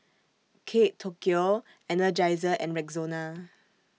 Kate Tokyo Energizer and Rexona